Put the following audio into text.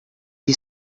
you